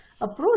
approach